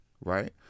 right